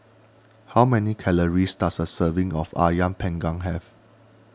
how many calories does a serving of Ayam Panggang have